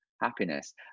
happiness